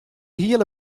hiele